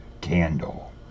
candle